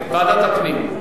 ועדת הפנים.